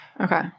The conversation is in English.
Okay